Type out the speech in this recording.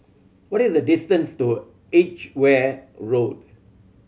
what is the distance to Edgeware Road